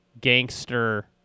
gangster